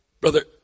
Brother